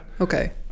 okay